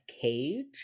cage